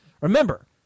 remember